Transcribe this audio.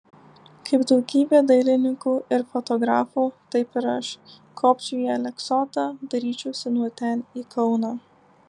kaip daugybė dailininkų ir fotografų taip ir aš kopčiau į aleksotą dairyčiausi nuo ten į kauną